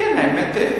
קודם כול,